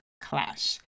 clash